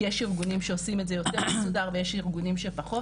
כי יש ארגונים שעושים את זה יותר מסודר ויש ארגונים שפחות.